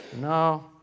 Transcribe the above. No